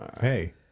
Hey